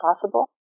Possible